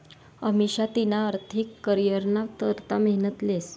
अमिषा तिना आर्थिक करीयरना करता मेहनत लेस